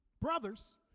brothers